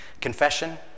Confession